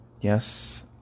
yes